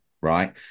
right